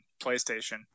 PlayStation